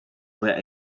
were